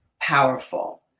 powerful